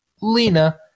lena